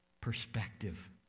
perspective